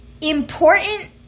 important